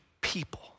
people